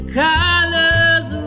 colors